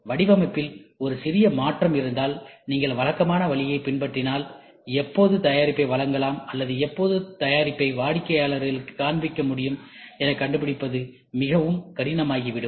வடிவமைப்பில் ஒரு சிறிய மாற்றம் இருந்தால் நீங்கள் வழக்கமான வழியைப் பின்பற்றினால் எப்போது தயாரிப்பை வழங்கலாம் அல்லது எப்போது தயாரிப்பை வாடிக்கையாளருக்குக் காண்பிக்க முடியும் என கண்டுபிடிப்பது மிகவும் கடினமாகிவிடும்